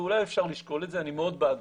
ואולי אפשר לשקול את זה, אני מאוד בעד.